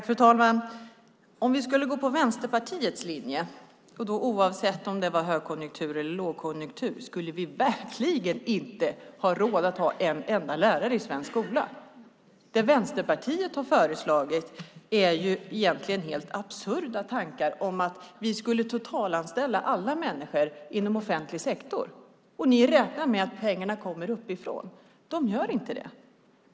Fru talman! Om vi skulle på Vänsterpartiets linje, oavsett om det var lågkonjunktur eller högkonjunktur, skulle vi verkligen inte ha råd att ha en enda lärare i svensk skola. Det Vänsterpartiet har föreslagit är egentligen helt absurda tankar om att vi skulle totalanställa alla människor inom offentlig sektor. Ni räknar med att pengarna kommer uppifrån. De gör inte det.